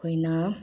ꯑꯩꯈꯣꯏꯅ